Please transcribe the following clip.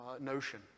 notion